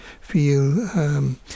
feel